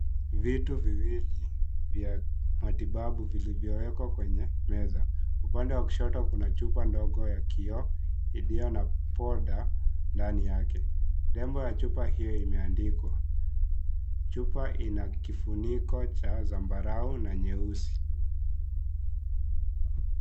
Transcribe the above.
Vitu viwili vya matibabu vilivyowekwa kwenye meza, upande wa kushoto kuna chupa ndogo ya kioo iliyo na powder ndani yake. Lebo ya chupa hiyo imeandikwa. Chupa inakifunikwa cha zambarau na nyeusi.